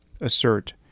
assert